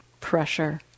Pressure